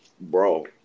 bro